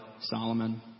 Solomon